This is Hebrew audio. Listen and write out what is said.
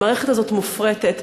המערכת הזאת מופרטת.